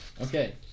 Okay